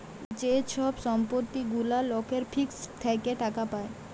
যে ছব সম্পত্তি গুলা লকের ফিক্সড থ্যাকে টাকা পায়